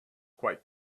quite